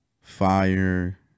fire